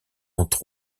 entre